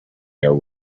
their